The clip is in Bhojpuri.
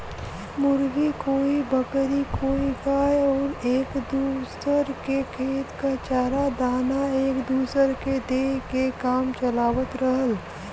मुर्गी, कोई बकरी कोई गाय आउर एक दूसर के खेत क चारा दाना एक दूसर के दे के काम चलावत रहल